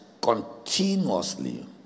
continuously